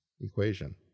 equation